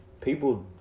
People